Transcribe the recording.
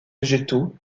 végétaux